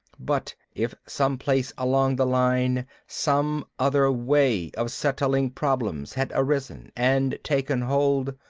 but if someplace along the line some other way of settling problems had arisen and taken hold,